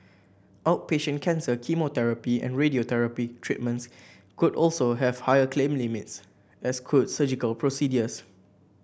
outpatient cancer chemotherapy and radiotherapy treatments could also have higher claim limits as could surgical procedures